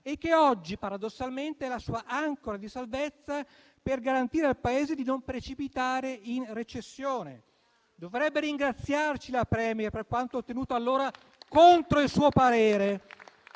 e che oggi, paradossalmente, è la loro ancora di salvezza per garantire al Paese di non precipitare in recessione. Dovrebbe ringraziarci la *Premier* per quanto ottenuto allora contro il suo parere.